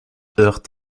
heurtent